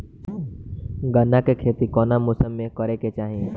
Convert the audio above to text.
गन्ना के खेती कौना मौसम में करेके चाही?